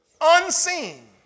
unseen